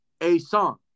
A-Song